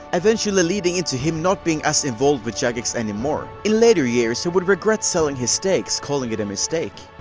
eventually leading to him not being as involved with jagex any more. in later years, he would regret selling his stakes, calling it a mistake.